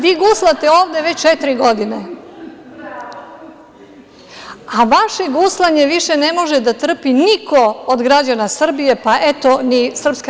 Vi guslate ovde već četiri godine, a vaše guslanje više ne može da trpi niko od građana Srbije, pa eto ni SRS.